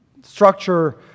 structure